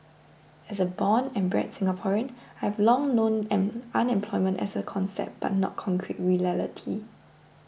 as a born and bred Singaporean I have long known an unemployment as a concept but not concrete reality